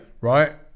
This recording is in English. Right